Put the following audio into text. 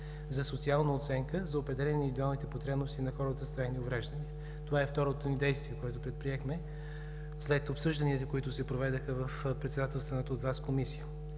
за социална оценка за определяне на индивидуалните потребности на хората с трайни увреждания“. Това е второто ни действие, което предприехме след обсъжданията, които се проведоха в председателстваната от Вас Комисия.